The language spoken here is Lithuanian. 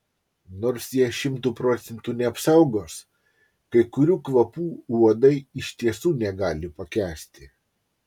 nors jie šimtu procentų neapsaugos kai kurių kvapų uodai iš tiesų negali pakęsti